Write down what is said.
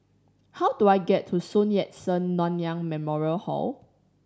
how do I get to Sun Yat Sen Nanyang Memorial Hall